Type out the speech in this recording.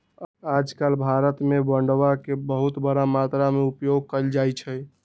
आजकल भारत में बांडवा के बहुत बड़ा मात्रा में उपयोग कइल जाहई